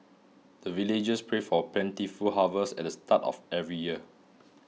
the villagers pray for plentiful harvest at the start of every year